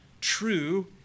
true